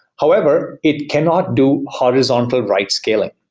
however, it cannot do horizontal write scaling.